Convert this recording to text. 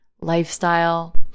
lifestyle